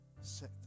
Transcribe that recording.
Set